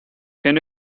can